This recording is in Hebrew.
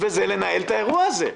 וזה לנהל את האירוע הזה,